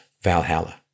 Valhalla